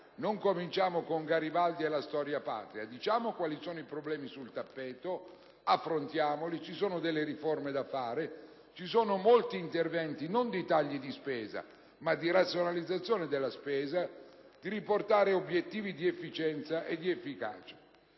non cominciamo con Garibaldi e la storia patria. Parliamo dei problemi sul tappeto ed affrontiamoli. Ci sono delle riforme da fare. Ci sono molti interventi, non di tagli di spesa, ma di razionalizzazione della spesa secondo obiettivi di efficienza e di efficacia.